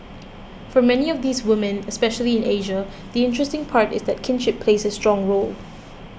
for many of these women especially in Asia the interesting part is that kinship plays a strong role